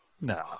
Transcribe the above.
no